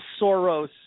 Soros